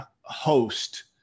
host